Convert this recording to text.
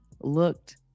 looked